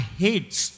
hates